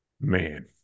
Man